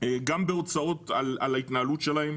בהוצאות על ההתנהלות שלו,